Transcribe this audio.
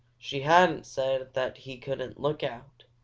she hadn't said that he couldn't look out!